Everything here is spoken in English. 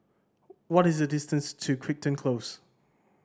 what is the distance to Crichton Close